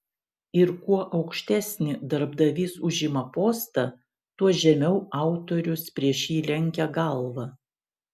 ir kuo aukštesnį darbdavys užima postą tuo žemiau autorius prieš jį lenkia galvą